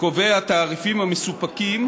קובע תעריפים המסופקים